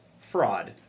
fraud